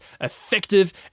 effective